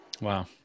Wow